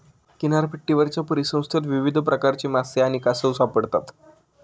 किनारपट्टीवरच्या परिसंस्थेत विविध प्रकारचे मासे आणि कासव सापडतात